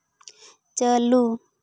ᱪᱟᱹᱞᱩ